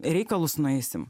reikalus nueisim